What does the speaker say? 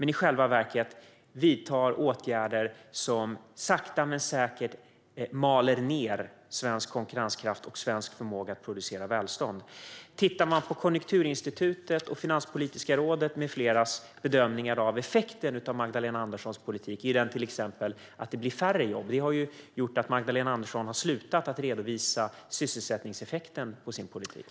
I själva verket vidtar finansministern åtgärder som sakta men säkert maler ned svensk konkurrenskraft och svensk förmåga att producera välstånd. Konjunkturinstitutets och Finanspolitiska rådets med fleras bedömningar av effekten av Magdalena Anderssons politik, till exempel färre jobb, har gjort att Magdalena Andersson har slutat att redovisa sysselsättningseffekten av sin politik.